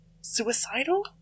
suicidal